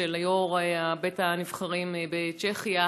ושל יו"ר בית הנבחרים בצ'כיה,